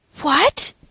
What